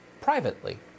privately